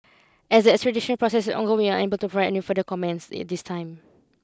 as the extradition process is ongoing unable to provide any further comments at this time